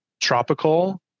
tropical